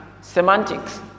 semantics